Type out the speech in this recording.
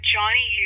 Johnny